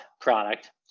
product